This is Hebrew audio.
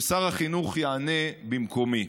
ששר החינוך יענה במקומי.